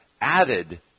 added